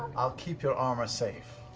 i'll keep your armor safe.